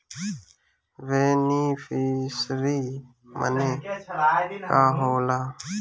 Beneficiary मने का होला?